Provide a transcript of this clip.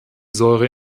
säure